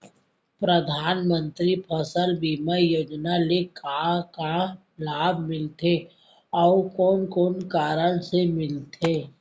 परधानमंतरी फसल बीमा योजना ले का का लाभ मिलथे अऊ कोन कोन कारण से मिलथे?